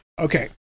Okay